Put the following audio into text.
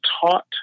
taught